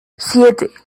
siete